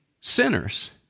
sinners